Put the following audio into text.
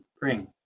bring